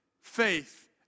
faith